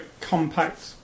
compact